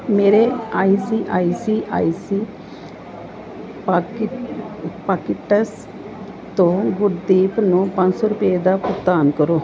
ਮੇਰੇ I C I C I pockets ਤੋਂ ਗੁਰਦੀਪ ਨੂੰ ਪੰਜ ਸੌ ਰੁਪਏ ਦਾ ਭੁਗਤਾਨ ਕਰੋ